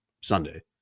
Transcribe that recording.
Sunday